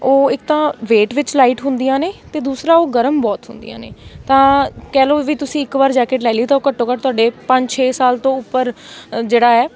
ਉਹ ਇੱਕ ਤਾਂ ਵੇਟ ਵਿੱਚ ਲਾਈਟ ਹੁੰਦੀਆਂ ਨੇ ਅਤੇ ਦੂਸਰਾ ਉਹ ਗਰਮ ਬਹੁਤ ਹੁੰਦੀਆਂ ਨੇ ਤਾਂ ਕਹਿ ਲਉ ਵੀ ਤੁਸੀਂ ਇੱਕ ਵਾਰ ਜੈਕਿਟ ਲੈ ਲਈ ਤਾਂ ਉਹ ਘੱਟੋ ਘੱਟ ਤੁਹਾਡੇ ਪੰਜ ਛੇ ਸਾਲ ਤੋਂ ਉੱਪਰ ਜਿਹੜਾ ਹੈ